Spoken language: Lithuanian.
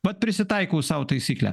vat prisitaikau sau taisyklę